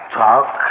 talk